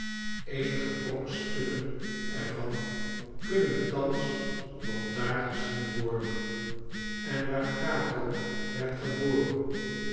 eenige brokstukken er van kunnen thans nog daar gezien worden en waar cato werd geboren